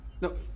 No